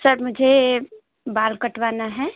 sir मुझे बाल कटवाना है